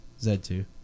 Z2